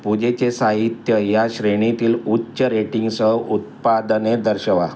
पूजेचे साहित्य या श्रेणीतील उच्च रेटिंगसह उत्पादने दर्शवा